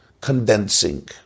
condensing